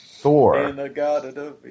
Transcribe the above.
Thor